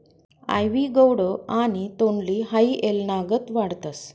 आइवी gourd आणि तोंडली हाई येलनागत वाढतस